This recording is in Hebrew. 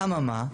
אמה מה?